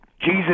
Jesus